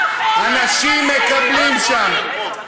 אנשים מקבלים שם,